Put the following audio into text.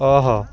ଅହ